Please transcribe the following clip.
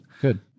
good